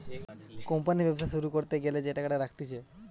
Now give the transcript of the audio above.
company ব্যবসা শুরু করতে গ্যালা যে টাকাটা রাখতিছে